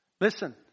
Listen